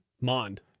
Mond